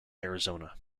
arizona